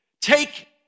take